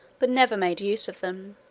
but never made use of them,